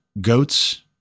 goats